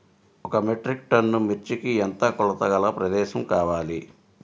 ఒక metric ton మిర్చికి ఎంత కొలతగల ప్రదేశము కావాలీ?